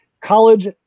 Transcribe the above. college